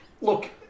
Look